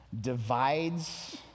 divides